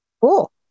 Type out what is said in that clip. cool